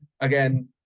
again